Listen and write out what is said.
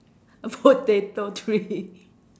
a potato tree